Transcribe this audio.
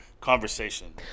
conversation